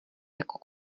jako